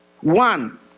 One